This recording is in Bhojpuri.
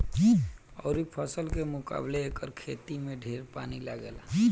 अउरी फसल के मुकाबले एकर खेती में ढेर पानी लागेला